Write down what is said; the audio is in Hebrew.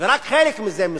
ורק חלק מזה מסופק,